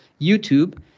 youtube